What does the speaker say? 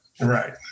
right